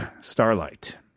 Starlight